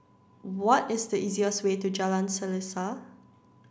what is the easiest way to Jalan Selaseh